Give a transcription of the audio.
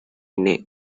ine